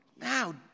Now